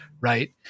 Right